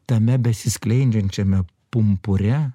tame besiskleidžiančiame pumpure